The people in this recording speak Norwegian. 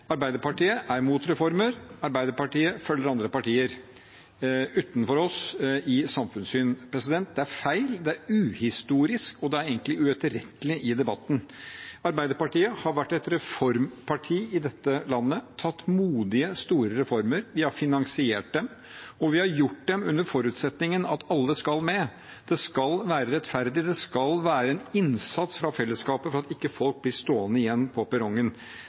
Arbeiderpartiet er imot reformer, Arbeiderpartiet følger partier som er utenfor oss i samfunnssyn. Det er feil, det er uhistorisk, og det er egentlig uetterrettelig i debatten. Arbeiderpartiet har vært et reformparti i dette landet, tatt modige, store reformer. Vi har finansiert dem, og vi har gjort dem under forutsetningen av at alle skal med. Det skal være rettferdig, det skal være en innsats fra fellesskapet for at folk ikke skal bli stående igjen på perrongen.